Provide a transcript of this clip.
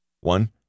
One